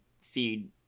feed